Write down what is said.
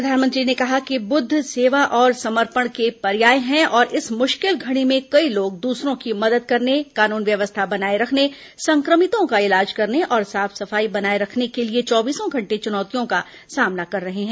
प्रधानमंत्री ने कहा कि बुद्ध सेवा और समर्पण का पर्याय हैं और इस मुष्किल घड़ी में कई लोग दूसरों की मदद करने कानून व्यवस्था बनाये रखने संक्रमितों का इलाज करने और साफ सफाई बनाये रखने के लिए चौबीसो घंटे चुनौतियों का सामना कर रहे हैं